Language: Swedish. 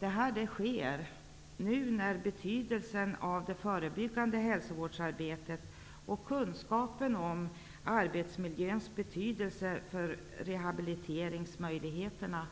Detta sker när betydelsen av det förebyggande hälsovårdsarbetet och kunskapen om arbetsmiljöns betydelse för rehabiliteringsmöjligheterna